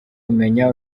umenya